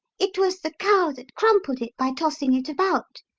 it was the cow that crumpled it by tossing it about.